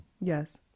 Yes